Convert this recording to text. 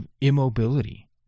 immobility